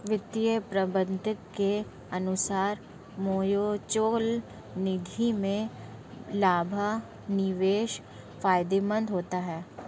वित्तीय प्रबंधक के अनुसार म्यूचअल निधि में लंबा निवेश फायदेमंद होता है